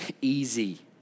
easy